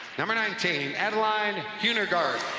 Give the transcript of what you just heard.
number nineteen, adeline huehnergarth.